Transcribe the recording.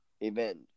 Event